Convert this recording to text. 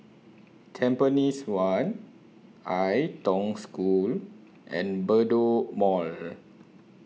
Tampines one Ai Tong School and Bedok Mall